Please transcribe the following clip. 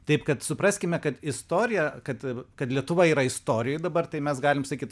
taip kad supraskime kad istorija kad kad lietuva yra istorijoj dabar tai mes galim sakyt